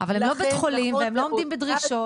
הן לא בית חולים והן לא עומדות בדרישות.